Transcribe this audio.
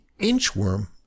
Inchworm